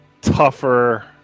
tougher